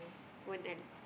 one